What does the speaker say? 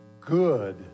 good